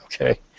Okay